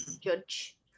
judge